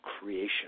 creation